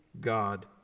God